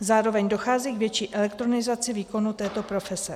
Zároveň dochází k větší elektronizaci výkonu této profese.